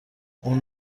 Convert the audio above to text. اون